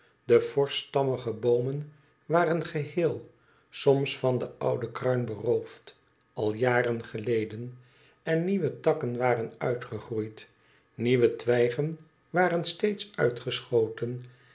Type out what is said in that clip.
de fotsch stammige boomen waren geheel soms van den ouden kruin beroofd al jaren geleden en nieuwe takken waren uitgegroeid nieuwe twijgen waren steeds uitgeschoten